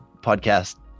podcast